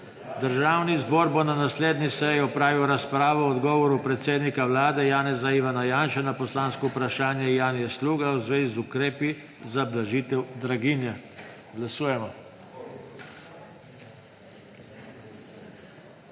Državni zbor bo na naslednji seji opravil razpravo o odgovoru predsednika Vlade Janeza (Ivana) Janše na poslansko vprašanje Janje Sluga v zvezi z ukrepi za blažitev draginje.